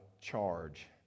charge